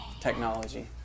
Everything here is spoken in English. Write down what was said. technology